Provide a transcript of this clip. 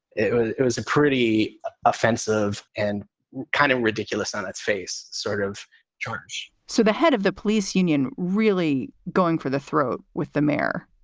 it was a pretty offensive and kind of ridiculous on its face sort of charge so the head of the police union really going for the throat with the mayor?